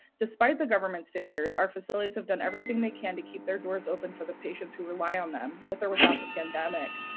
despite government failures our facilities have done everything they can to keep their doors open for the patients who rely on them with or without the pandemic.